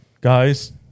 guys